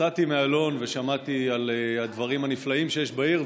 יצאתי מאלון ושמעתי על הדברים הנפלאים שיש בעיר,